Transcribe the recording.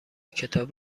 کتاب